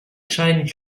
child